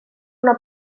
una